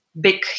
big